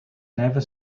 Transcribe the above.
never